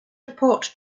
report